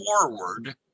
forward